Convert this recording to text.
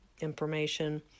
information